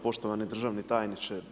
Poštovani državni tajniče.